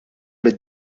mid